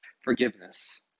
forgiveness